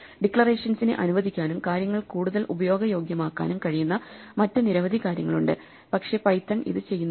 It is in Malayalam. ഡിക്ലറേഷൻസിനെ അനുവദിക്കാനും കാര്യങ്ങൾ കൂടുതൽ ഉപയോഗയോഗ്യമാക്കാനും കഴിയുന്ന മറ്റ് നിരവധി കാര്യങ്ങളുണ്ട് പക്ഷേ പൈത്തൺ ഇത് ചെയ്യുന്നില്ല